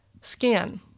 scan